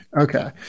Okay